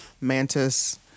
Mantis